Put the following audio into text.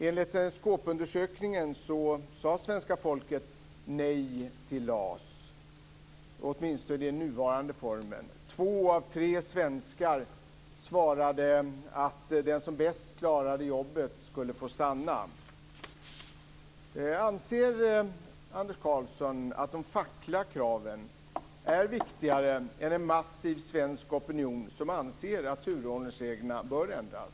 Enligt Skopundersökningen sade svenska folket nej till LAS, åtminstone i nuvarande form. Två av tre svenskar svarade att den som bäst klarade jobbet skulle få stanna. Anser Anders Karlsson att de fackliga kraven är viktigare än en massiv svensk opinion som anser att turordningsreglerna bör ändras?